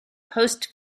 post